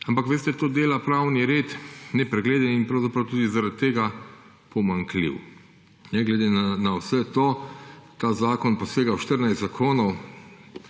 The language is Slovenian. Ampak, veste, to dela pravni red nepregleden in pravzaprav zaradi tega tudi pomanjkljiv. Ne glede na vse to, ta zakon posega v 14 zakonov,